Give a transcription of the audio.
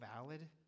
valid